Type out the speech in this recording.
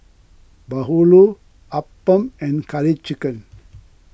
Bahulu Appam and Curry Chicken